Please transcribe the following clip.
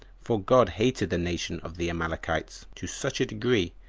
for god hated the nation of the amalekites to such a degree,